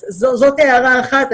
אז זאת הערה אחת.